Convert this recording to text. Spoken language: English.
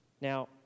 Now